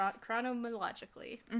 chronologically